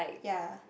ya